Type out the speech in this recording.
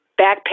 backpack